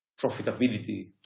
profitability